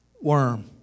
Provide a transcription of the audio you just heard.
worm